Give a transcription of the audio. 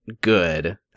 good